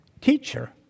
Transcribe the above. teacher